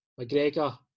McGregor